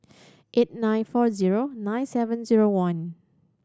eight nine four zero nine seven zero one